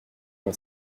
mon